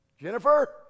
Jennifer